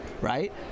Right